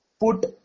put